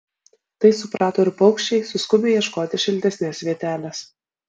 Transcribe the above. tai suprato ir paukščiai suskubę ieškoti šiltesnės vietelės